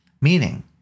meaning